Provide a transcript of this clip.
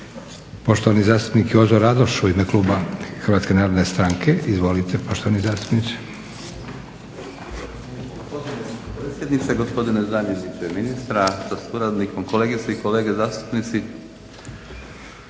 Poštovani zastupnik Jozo Radoš u ime kluba HNS-a. Izvolite poštovani zastupniče.